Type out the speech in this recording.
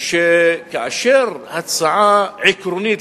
שכאשר הצעה עקרונית,